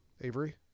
avery